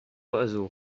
oiseau